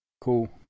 Cool